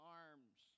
arms